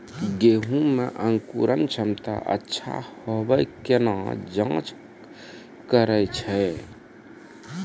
गेहूँ मे अंकुरन क्षमता अच्छा आबे केना जाँच करैय छै?